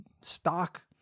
stock